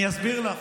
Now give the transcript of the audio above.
אני אסביר לך.